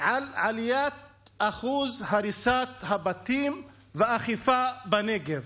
על עלייה באחוז הריסת הבתים והאכיפה בנגב,